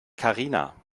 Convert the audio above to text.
karina